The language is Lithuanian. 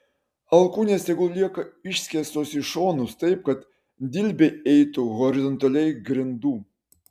alkūnės tegul lieka išskėstos į šonus taip kad dilbiai eitų horizontaliai grindų